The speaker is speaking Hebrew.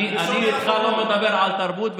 איתך אני לא מדבר על תרבות,